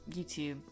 YouTube